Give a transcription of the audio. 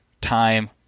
time